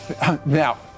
Now